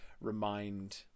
remind